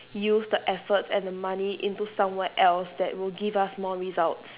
use the efforts and the money into somewhere else that will give us more results